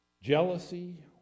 jealousy